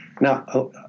Now